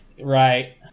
Right